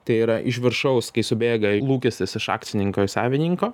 tai yra iš viršaus kai subėga lūkestis iš akcininko ir savininko